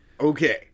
Okay